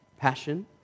Passion